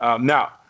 now